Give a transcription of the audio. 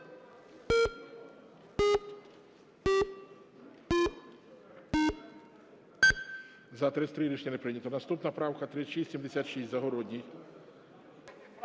За-33 Рішення не прийнято. Наступна правка 3676, Загородній.